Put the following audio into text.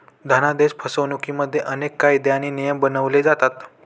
धनादेश फसवणुकिमध्ये अनेक कायदे आणि नियम बनवले जातात